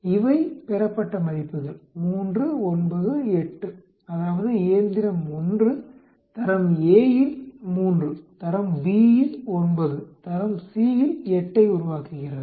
இவை பெறப்பட்ட மதிப்புகள் 3 9 8 அதாவது இயந்திரம் 1 தரம் Aஇல் 3 தரம் Bஇல் 9 மற்றும் தரம் Cஇல் 8 ஐ உருவாக்குகிறது